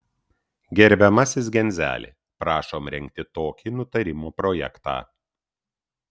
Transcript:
gerbiamasis genzeli prašom rengti tokį nutarimo projektą